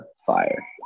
Fire